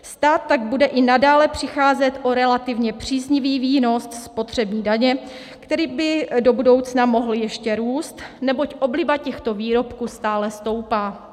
Stát tak bude i nadále přicházet o relativně příznivý výnos spotřební daně, který by do budoucna mohl ještě růst, neboť obliba těchto výrobků stále stoupá.